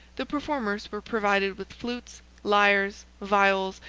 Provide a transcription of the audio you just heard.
the performers were provided with flutes, lyres, viols,